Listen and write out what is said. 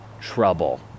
trouble